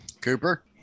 Cooper